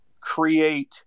create